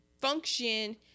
function